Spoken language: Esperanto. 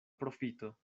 profito